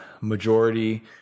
majority